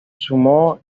sumó